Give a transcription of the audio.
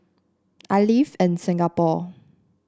I live in Singapore